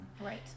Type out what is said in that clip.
Right